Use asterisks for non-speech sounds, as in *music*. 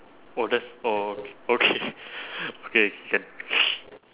oh that's all okay *laughs* okay can *noise*